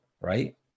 right